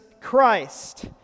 Christ